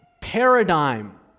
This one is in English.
paradigm